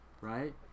Right